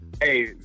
Hey